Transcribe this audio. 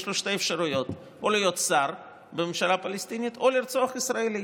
יש לו שתי אפשרויות: או להיות שר בממשלה הפלסטינית או לרצוח ישראלי.